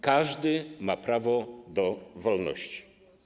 Każdy ma prawo do wolności.